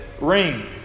ring